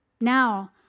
Now